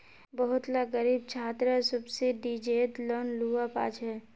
बहुत ला ग़रीब छात्रे सुब्सिदिज़ेद लोन लुआ पाछे